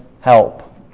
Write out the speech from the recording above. help